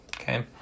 Okay